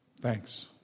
Thanks